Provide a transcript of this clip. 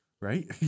right